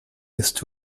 ist